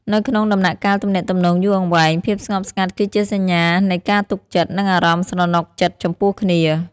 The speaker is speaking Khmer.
នៅក្នុងដំណាក់កាលទំនាក់ទំនងយូរអង្វែង ភាពស្ងប់ស្ងាត់គឺជាសញ្ញានៃការទុកចិត្ត និងអារម្មណ៍ស្រណុកចិត្តចំពោះគ្នា។